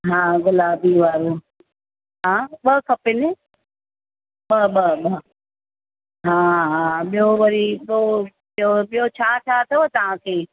हा गुलाबी वारो हा ॿ खपनि ॿ ॿ ॿ हा हा ॿियो वरी पोइ ॿियो ॿियो छा छा अथव तव्हांखे